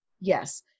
Yes